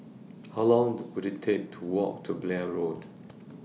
How Long Will IT Take to Walk to Blair Road